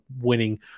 winning